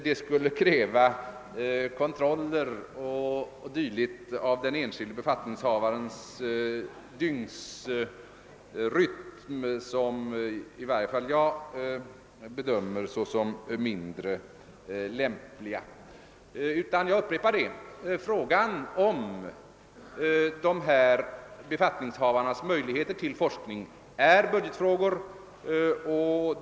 Det skulle kräva kontroller av den enskilde befattningshavarens dygnsrytm, något som i varje fall jag bedömer såsom mindre lämpligt. Jag upprepar: Frågan om dessa befattningshavares möjligheter till forskning är en budgetfråga.